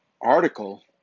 article